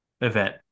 event